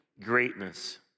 greatness